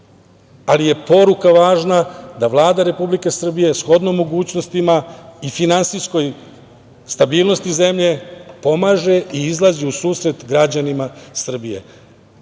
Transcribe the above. ali je poruka važna da Vlada Republike Srbije, shodno mogućnostima i finansijskog stabilnosti zemlje, pomaže i izlazi u susret građanima Srbije. Da